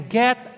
get